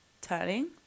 turning